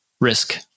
risk